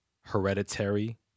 Hereditary